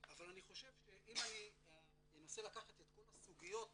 אבל אני חושב שאם אני אנסה לקחת את כל הסוגיות